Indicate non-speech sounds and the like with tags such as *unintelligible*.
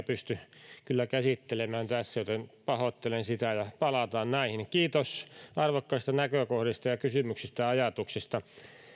*unintelligible* pysty kyllä käsittelemään tässä joten pahoittelen sitä ja palataan näihin kiitos arvokkaista näkökohdista ja kysymyksistä ja ajatuksista